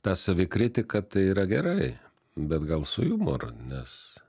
ta savikritika tai yra gerai bet gal su jumoru nes